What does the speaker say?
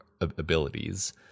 abilities